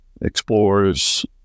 Explores